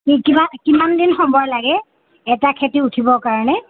কি কিমান কিমান দিন সময় লাগে এটা খেতি উঠিবৰ কাৰণে